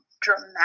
dramatic